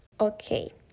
Okay